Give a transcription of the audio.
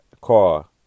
car